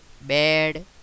bad